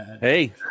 Hey